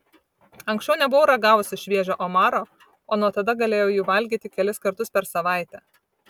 anksčiau nebuvau ragavusi šviežio omaro o nuo tada galėjau jų valgyti kelis kartus per savaitę